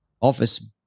office